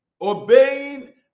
obeying